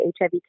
HIV